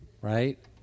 right